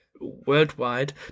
worldwide